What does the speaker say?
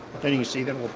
and you you see them,